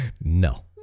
No